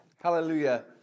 hallelujah